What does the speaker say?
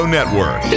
Network